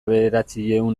bederatziehun